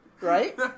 right